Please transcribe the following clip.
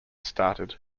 started